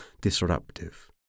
disruptive